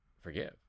forgive